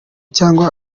cyangwa